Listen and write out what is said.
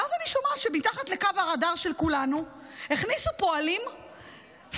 ואז אני שומעת שמתחת לקו הרדאר של כולנו הכניסו פועלים פלסטינים,